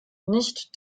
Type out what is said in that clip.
nicht